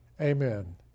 Amen